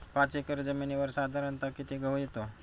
पाच एकर जमिनीवर साधारणत: किती गहू येतो?